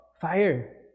fire